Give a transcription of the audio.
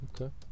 Okay